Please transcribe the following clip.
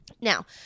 Now